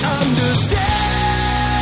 understand